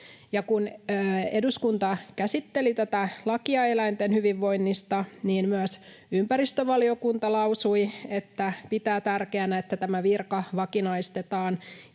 Kun eduskunta käsitteli tätä lakia eläinten hyvinvoinnista, niin myös ympäristövaliokunta lausui, että se pitää tärkeänä, että tämä virka vakinaistetaan